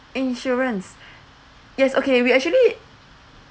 insurance yes okay we actually